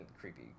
creepy